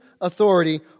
authority